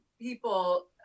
people